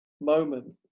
moment